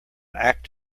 act